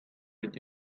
with